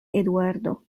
eduardo